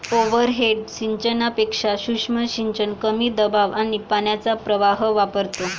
overhead सिंचनापेक्षा सूक्ष्म सिंचन कमी दाब आणि पाण्याचा प्रवाह वापरतो